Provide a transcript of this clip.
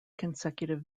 consecutive